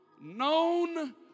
known